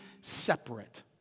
separate